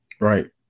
right